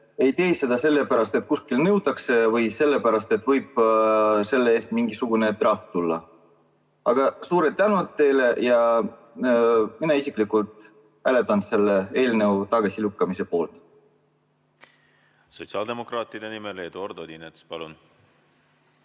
ei tee seda sellepärast, et kuskil nõutakse, või sellepärast, et selle eest võib mingisugune trahv tulla. Aga suur tänu teile! Mina isiklikult hääletan selle eelnõu tagasilükkamise poolt. Sotsiaaldemokraatide nimel Eduard Odinets, palun!